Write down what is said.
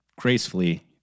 gracefully